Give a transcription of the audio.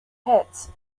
hits